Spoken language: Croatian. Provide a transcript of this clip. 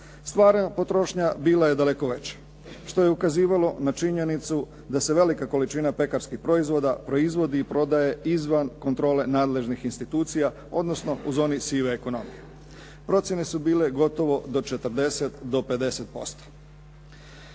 Stvarna potrošnja bila je daleko veća, što je ukazivalo na činjenicu da se velika količina pekarskih proizvoda proizvodi i prodaje izvan kontrole nadležnih institucija, odnosno u zoni sive ekonomije. Procjene su bile gotovo od 40 do 50%.